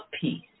peace